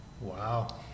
Wow